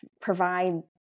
provide